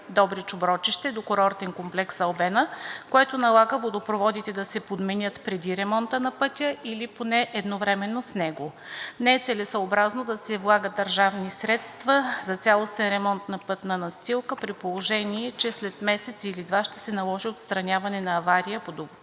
Добрич – Оброчище до курортен комплекс Албена, което налага водопроводите да се подменят преди ремонта на пътя или поне едновременно с него. Не е целесъобразно да се влагат държавни средства за цялостен ремонт на пътна настилка, при положение че след месец или два ще се наложи отстраняване на авария по